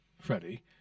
Freddie